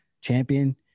Champion